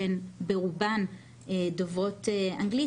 שהן ברובן דוברות אנגלית,